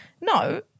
No